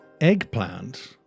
Eggplant